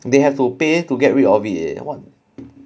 they have to pay to get rid of it eh what